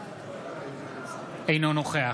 אינו נוכח